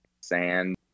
sand